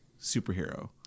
superhero